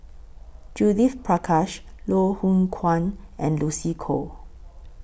Judith Prakash Loh Hoong Kwan and Lucy Koh